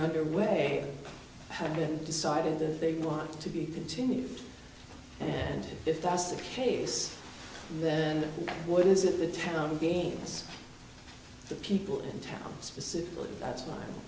underway have been decided that they want to be continued and if that's the case then what is it the town against the people in town specifically that's